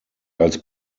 als